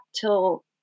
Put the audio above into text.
till